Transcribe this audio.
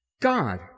God